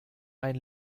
ein